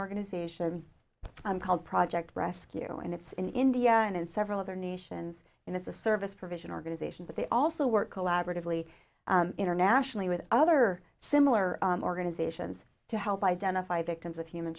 organization called project rescue and it's in india and in several other nations in the service provision organization but they also work collaboratively internationally with other similar organizations to help identify victims of human